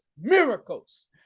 miracles